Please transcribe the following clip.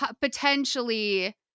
Potentially